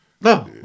No